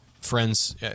friends